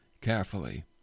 carefully